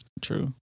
True